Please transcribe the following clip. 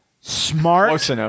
Smart